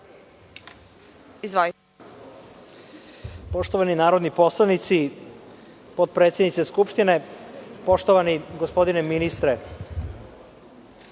Hvala. Poštovani narodni poslanici, potpredsednice Skupštine, poštovani gospodine ministre,